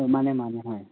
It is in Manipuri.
ꯍꯣꯏ ꯃꯥꯟꯅꯦ ꯃꯥꯟꯅꯦ ꯑꯥ